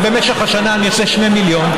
אבל במשך השנה אני עושה 2 מיליון,